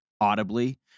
audibly